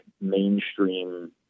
mainstream